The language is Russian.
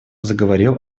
заговорил